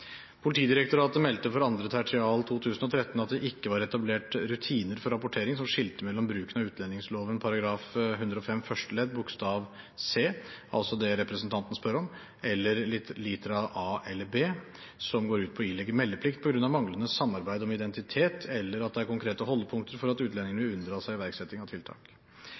Politidirektoratet meldte for 2. tertial 2013 at det ikke var etablert rutiner for rapportering som skilte mellom bruken av utlendingsloven § 105 første ledd bokstav c, altså det representanten spør om, og bokstavene a eller b, som går ut på å ilegge meldeplikt på grunn av manglende samarbeid om identitet eller at det er konkrete holdepunkter for at utlendingen vil unndra seg iverksetting av